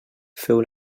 feu